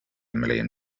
million